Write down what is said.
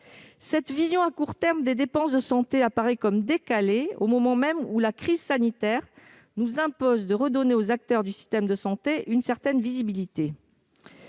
Cette vision à court terme des dépenses de santé semble bien décalée, au moment même où la crise sanitaire nous impose de rendre aux acteurs du système de santé une certaine visibilité.